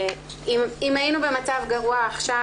ואם היינו במצב גרוע עכשיו,